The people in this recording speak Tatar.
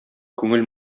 күңел